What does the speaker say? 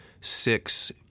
six